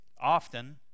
often